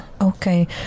Okay